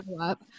up